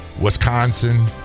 wisconsin